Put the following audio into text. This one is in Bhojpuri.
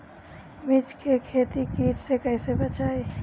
मिर्च के खेती कीट से कइसे बचाई?